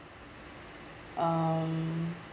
um